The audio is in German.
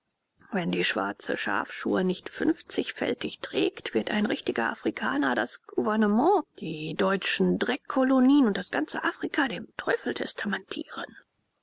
wenn die schwarze schafschur nicht fünfzigfältig trägt wird ein richtiger afrikaner das gouvernement die deutschen dreckkolonien und das ganze afrika dem teufel